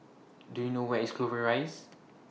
Do YOU know Where IS Clover Rise